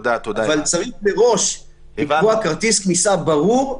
אבל צריך מראש לקבוע כרטיס כניסה ברור.